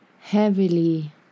heavily